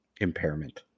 impairment